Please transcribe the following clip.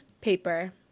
paper